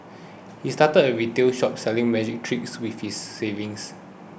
he started a retail shop selling magic tricks with his savings